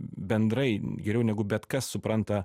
bendrai geriau negu bet kas supranta